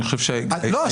אני חושב שהיום --- לא,